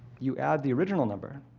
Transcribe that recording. you add the original number,